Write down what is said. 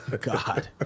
God